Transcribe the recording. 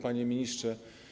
Panie Ministrze!